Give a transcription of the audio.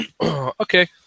okay